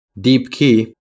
DeepKey